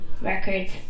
records